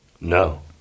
No